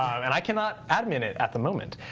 um and i cannot admin it at the moment.